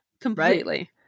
completely